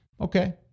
Okay